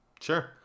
Sure